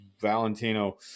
Valentino